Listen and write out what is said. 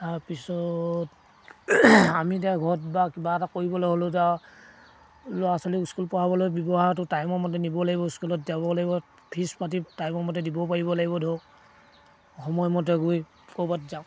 তাৰপিছত আমি এতিয়া ঘৰত বা কিবা এটা কৰিবলৈ হ'লেও যাওঁ ল'ৰা ছোৱালীক স্কুল পঢ়াবলৈ ব্যৱহাৰটো টাইমৰ মতে নিব লাগিব স্কুলত যাব লাগিব ফিজ পাতি টাইমৰ মতে দিব পাৰিব লাগিব ধৰক সময়মতে গৈ ক'ৰবাত যাওঁ